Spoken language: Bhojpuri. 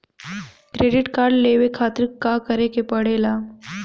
क्रेडिट कार्ड लेवे खातिर का करे के पड़ेला?